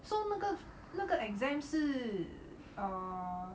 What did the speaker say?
so 那个那个 exam 是 err